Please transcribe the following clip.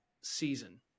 season